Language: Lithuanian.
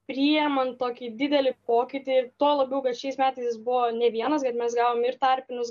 priimant tokį didelį pokytį ir tuo labiau kad šiais metais buvo ne vienas bet mes gavom ir tarpinius